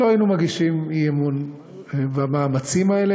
לא היינו מגישים אי-אמון בנוגע למאמצים האלה,